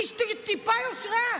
טיפה יושרה.